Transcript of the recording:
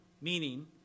Meaning